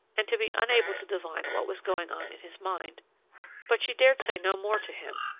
and to be unable to divine what was going on in his mind but she dared say no more to him,